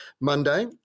Monday